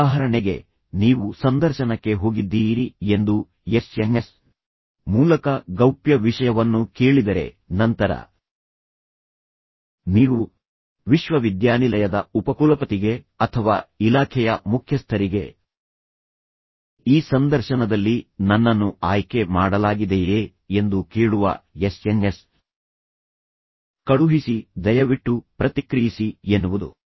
ಉದಾಹರಣೆಗೆ ನೀವು ಸಂದರ್ಶನಕ್ಕೆ ಹೋಗಿದ್ದೀರಿ ಎಂದು ಎಸ್ಎಂಎಸ್ ಮೂಲಕ ಗೌಪ್ಯ ವಿಷಯವನ್ನು ಕೇಳಿದರೆ ನಂತರ ನೀವು ವಿಶ್ವವಿದ್ಯಾನಿಲಯದ ಉಪಕುಲಪತಿಗೆ ಅಥವಾ ಇಲಾಖೆಯ ಮುಖ್ಯಸ್ಥರಿಗೆ ಈ ಸಂದರ್ಶನದಲ್ಲಿ ನನ್ನನ್ನು ಆಯ್ಕೆ ಮಾಡಲಾಗಿದೆಯೇ ಎಂದು ಕೇಳುವ ಎಸ್ಎಂಎಸ್ ಕಳುಹಿಸಿ ದಯವಿಟ್ಟು ಪ್ರತಿಕ್ರಿಯಿಸಿ ಎನ್ನುವುದು